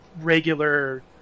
regular